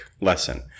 lesson